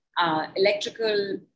Electrical